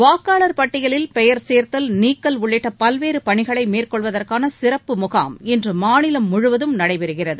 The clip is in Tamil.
வாக்காளர் பட்டியலில் பெயர் சேர்த்தல் நீக்கல் உள்ளிட்டபல்வேறபணிகளைமேற்கொள்வதற்கானசிறப்பு முகாம் இன்றமாநிலம் முழுவதும் நடைபெறுகிறது